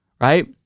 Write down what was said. right